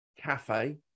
cafe